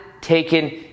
taken